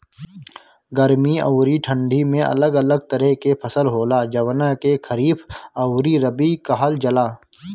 गर्मी अउरी ठंडी में अलग अलग तरह के फसल होला, जवना के खरीफ अउरी रबी कहल जला